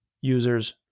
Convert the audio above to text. users